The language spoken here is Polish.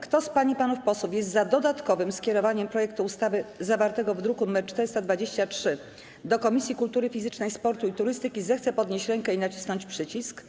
Kto z pań i panów posłów jest za dodatkowym skierowaniem projektu ustawy zawartego w druku nr 423 do Komisji Kultury Fizycznej, Sportu i Turystyki, zechce podnieść rękę i nacisnąć przycisk.